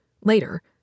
Later